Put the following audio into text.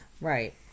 right